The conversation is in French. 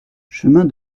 chemin